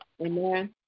Amen